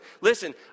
listen